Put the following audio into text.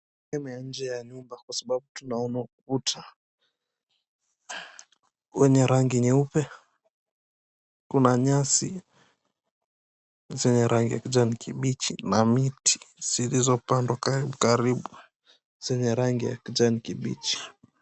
Sehemu ya nje ya nyumba kwa sababu tunaona ukuta, wenye rangi nyeupe. Kuna nyasi, zenye rangi ya kijani kibichi na miti zilizopandwa karibu zenye rangi ya kijani kibichi.